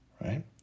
right